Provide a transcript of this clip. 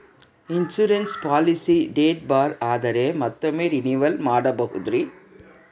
Insurance policy date ಬಾರ್ ಆದರೆ ಮತ್ತೊಮ್ಮೆ ರಿನಿವಲ್ ಮಾಡಬಹುದ್ರಿ?